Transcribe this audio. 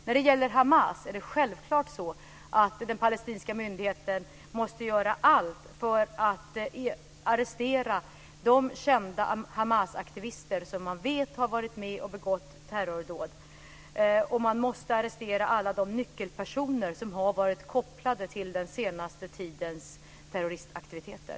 När det gäller Hamas är det självklart så att den palestinska myndigheten måste göra allt för att arrestera de kända Hamasaktivister som man vet har varit med om att begå terrordåd. Man måste också arrestera alla de nyckelpersoner som har varit kopplade till den senaste tidens terroristaktiviteter.